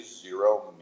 zero